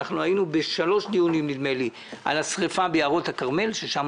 היינו בשלושה דיונים על השריפה ביערות הכרמל ששם